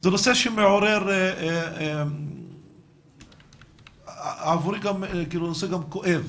זה נושא שמעורר כאב, עבורי זה גם נושא כואב.